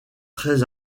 très